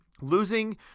losing